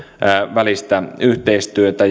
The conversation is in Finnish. välistä yhteistyötä